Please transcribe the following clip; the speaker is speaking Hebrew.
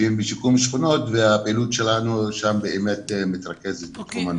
שהם בשיקום שכונות ושם מתרכזת הפעילות שלנו בתחום הנוער.